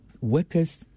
workers